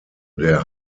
der